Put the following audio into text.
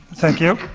thank you.